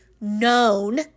Known